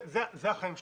אלה החיים שלהם.